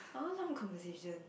I want some conversation